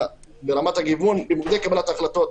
לגבי רמת הגיוון במוקדי קבלת ההחלטות,